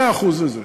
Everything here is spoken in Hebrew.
מאה אחוז את זה.